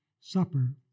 supper